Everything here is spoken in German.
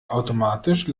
automatisch